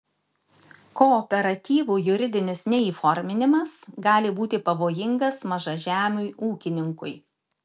kooperatyvų juridinis neįforminimas gali būti pavojingas mažažemiui ūkininkui